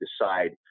decide